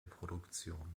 produktion